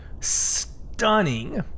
stunning